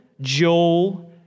Joel